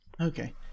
Okay